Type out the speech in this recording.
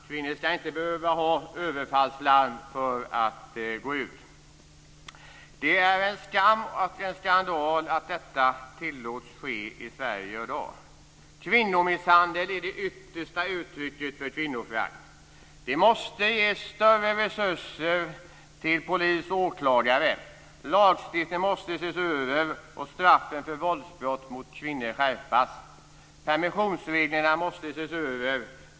Kvinnor ska inte behöva ha överfallslarm för att gå ut. Det är en skam och en skandal att detta tillåts ske i Sverige i dag. Kvinnomisshandel är det yttersta uttrycket för kvinnoförakt. Det måste ges större resurser till polis och åklagare. Lagstiftningen måste ses över och straffen för våldsbrott mot kvinnor måste skärpas. Permissionsreglerna måste ses över.